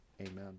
Amen